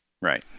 right